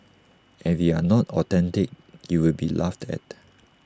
and if you are not authentic you will be laughed at